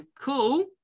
cool